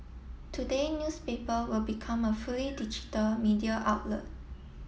today newspaper will become a fully digital media outlet